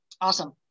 Awesome